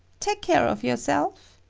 take care of yourself.